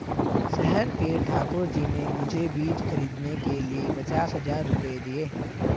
शहर के ठाकुर जी ने मुझे बीज खरीदने के लिए पचास हज़ार रूपये दिए